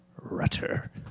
Rutter